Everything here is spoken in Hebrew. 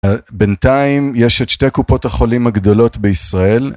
בינתיים יש את שתי קופות החולים הגדולות בישראל.